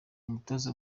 umutoza